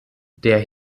der